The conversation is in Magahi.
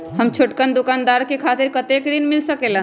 हम छोटकन दुकानदार के खातीर कतेक ऋण मिल सकेला?